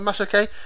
okay